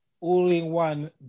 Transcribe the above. all-in-one